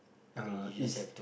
uh it's